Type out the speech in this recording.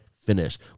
finish